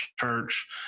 church